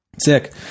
Sick